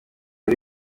uri